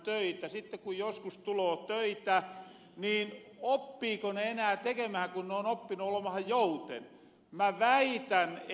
sitten kun joskus tuloo töitä niin oppiiko ne enää tekemähän kun ne on oppinut olemahan jouten